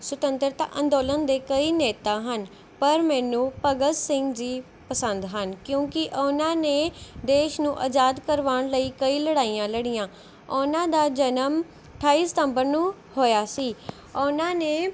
ਸੁਤੰਤਰਤਾ ਅੰਦੋਲਨ ਦੇ ਕਈ ਨੇਤਾ ਹਨ ਪਰ ਮੈਨੂੰ ਭਗਤ ਸਿੰਘ ਜੀ ਪਸੰਦ ਹਨ ਕਿਉਂਕਿ ਉਹਨਾਂ ਨੇ ਦੇਸ਼ ਨੂੰ ਆਜ਼ਾਦ ਕਰਵਾਉਣ ਲਈ ਕਈ ਲੜਾਈਆਂ ਲੜੀਆਂ ਉਹਨਾਂ ਦਾ ਜਨਮ ਅਠਾਈ ਸਤੰਬਰ ਨੂੰ ਹੋਇਆ ਸੀ ਉਹਨਾਂ ਨੇ